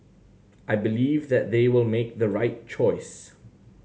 I believe that they will make the right choice